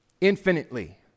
infinitely